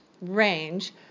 range